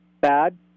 bad